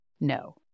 No